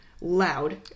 loud